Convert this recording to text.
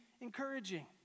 encouraging